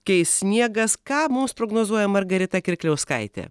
keis sniegas ką mums prognozuoja margarita kirkliauskaitė